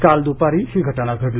काल दुपारी ही घटना घडली